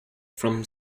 from